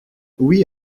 oui